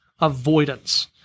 avoidance